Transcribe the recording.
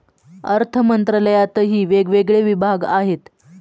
अर्थमंत्रालयातही वेगवेगळे विभाग आहेत